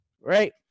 right